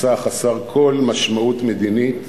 מסע חסר כל משמעות מדינית.